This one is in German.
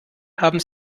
haben